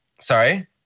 sorry